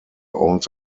owns